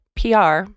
PR